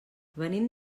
venim